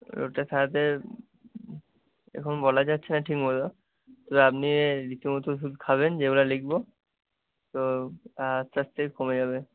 রোগটা সারাতে এখন বলা যাচ্ছে না ঠিকমত তবে আপনি রীতিমত ওষুধ খাবেন যেগুলা লিখবো তো আস্তে আস্তে কমে যাবে